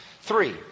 Three